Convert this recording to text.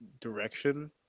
direction